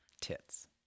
Tits